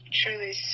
truly